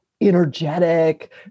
energetic